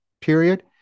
period